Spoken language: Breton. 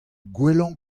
gwellañ